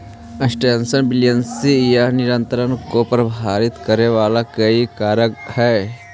sustainability या निरंतरता को प्रभावित करे वाला कई कारक हई